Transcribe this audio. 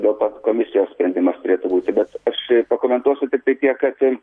dėl tos komisijos sprendimas turėtų būti bet aš pakomentuosiu tiktai tiek kad